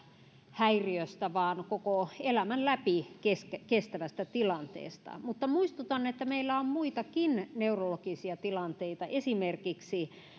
häiriöstä vaan koko elämän läpi kestävästä kestävästä tilanteesta mutta muistutan että meillä on muitakin neurologisia tilanteita esimerkiksi